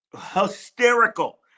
hysterical